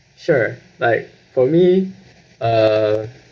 sure like for me uh